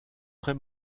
très